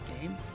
game